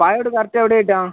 പായോഡ് correct എവിടെയായിട്ടാണ്